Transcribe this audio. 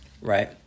right